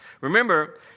Remember